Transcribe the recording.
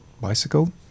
bicycle